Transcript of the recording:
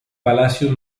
palacio